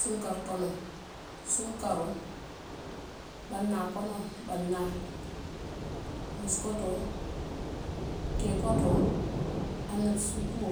Sunkari konoŋ, sunkaroo, bana konoŋ, bannana, musukoto, keekotoo, anabisuukuo,